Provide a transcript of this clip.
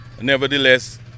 nevertheless